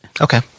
Okay